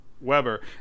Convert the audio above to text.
Weber